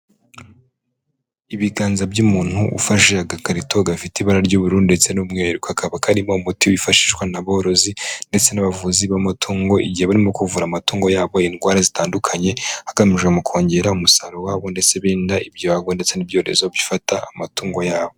Ibiganza by'umuntu ufashe agakarito gafite ibara ry'ubururu ndetse n'umweru. Kakaba karimo umuti wifashishwa n'aborozi, ndetse n'abavuzi b'amatungo igihe barimo kuvura amatungo yabo indwara zitandukanye, hagamije mu kongera umusaruro wabo ndetse birinda ibyago ndetse n'ibyorezo bifata amatungo yabo.